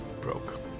broke